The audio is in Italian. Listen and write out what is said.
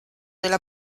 della